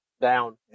Down